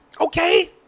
Okay